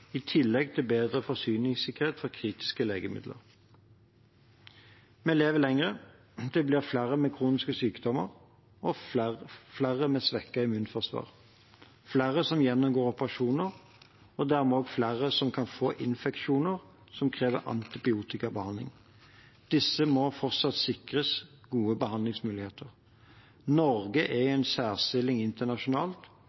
i tillegg til å bedre forsyningssikkerheten for kritiske legemidler. Vi lever lenger. Det blir flere med kroniske sykdommer og flere med svekket immunforsvar, flere som gjennomgår operasjoner, og dermed flere som kan få infeksjoner som krever antibiotikabehandling. Disse må fortsatt sikres gode behandlingsmuligheter. Norge er i